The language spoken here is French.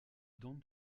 don